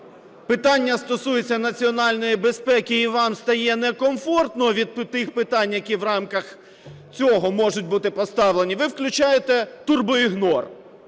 питання стосується національної безпеки і вам стає некомфортно від тих питань, які в рамках цього можуть бути поставлені, ви включаєте турбоігнор.